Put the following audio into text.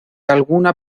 alguna